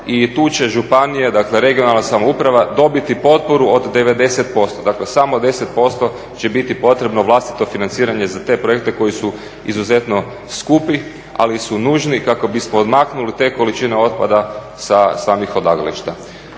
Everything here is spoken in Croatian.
i tu će županija, dakle regionalna samouprava dobiti potporu od 90%. Dakle, samo 10% će biti potrebno vlastito financiranje za te projekte koji su izuzetno skupi, ali su nužni kako bismo odmaknuli te količine otpada sa samih odlagališta.